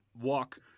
walk